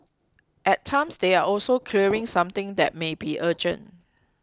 at times they are also clearing something that may be urgent